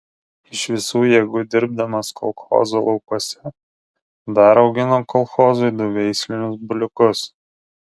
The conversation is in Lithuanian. iš visų jėgų dirbdamas kolchozo laukuose dar augino kolchozui du veislinius buliukus